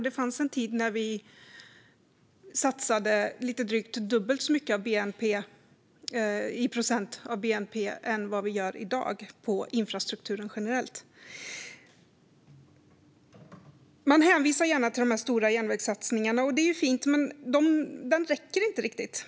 Det fanns en tid då vi satsade lite drygt dubbelt så mycket i procent av bnp som vi gör i dag på infrastrukturen generellt. Man hänvisar gärna till de stora järnvägssatsningarna. Det är fint. Men det räcker inte riktigt.